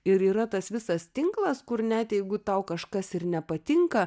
ir yra tas visas tinklas kur net jeigu tau kažkas ir nepatinka